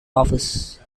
office